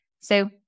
So-